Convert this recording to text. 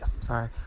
sorry